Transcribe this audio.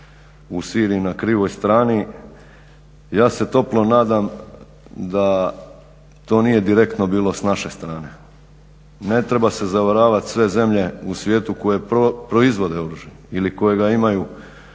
u Siriji na krivoj strani. Ja se toplo nadam da to nije direktno bilo s naše strane. Ne treba se zavaravat. Sve zemlje u svijetu koje proizvode oružje ili koje ga imaju